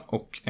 Och